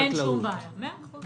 אין שום בעיה, מאה אחוז.